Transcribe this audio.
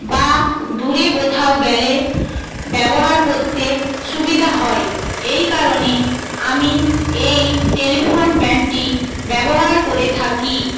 বা দূরে কোথাও গেলে ব্যবহার করতে সুবিধা হয় এই কারণে আমি এই টেলিফোন ব্র্যান্ডটি ব্যবহার করে থাকি